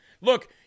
Look